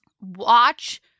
Watch